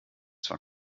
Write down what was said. zwar